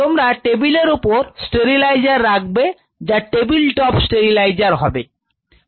তোমরা টেবিলের উপর স্টেরিলাইজার রাখবে যা টেবিল টপ স্টেরিলাইজার হবে